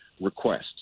requests